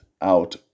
out